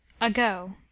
Ago